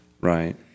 Right